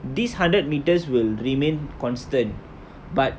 these hundred metres will remain constant but